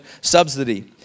subsidy